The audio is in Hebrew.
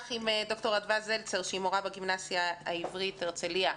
מורה בגימנסיה העברית הרצליה.